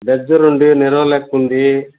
Berger ఉంది నెరోలాక్ ఉంది